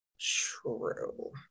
True